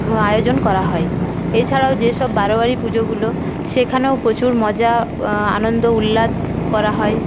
আয়োজন করা হয় এছাড়াও যেসব বারোয়ারি পুজোগুলো সেখানেও প্রচুর মজা আনন্দ উল্লাশ করা হয়